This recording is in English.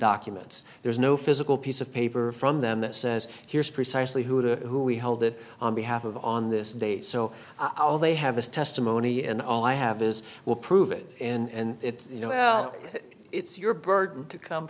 documents there's no physical piece of paper from them that says here's precisely who to who we held it on behalf of on this day so i will they have this testimony and all i have is will prove it and it's you know well it's your burden to come